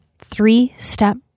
three-step